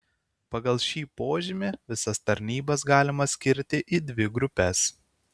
pagal šį požymį visas tarnybas galima skirti į dvi grupes